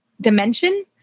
dimension